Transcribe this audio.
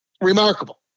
remarkable